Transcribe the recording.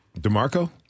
DeMarco